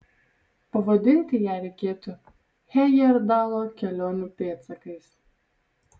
pavadinti ją reikėtų hejerdalo kelionių pėdsakais